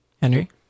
Henry